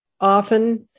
Often